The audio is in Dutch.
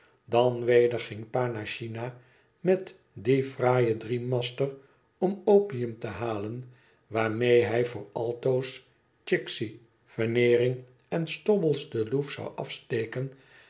dan weder ging pa naar china met dien fraaien driemaster om opium te halen waarmee hij voor altoos chicksey veneering enstobblesdeloefzou steken en